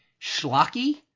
schlocky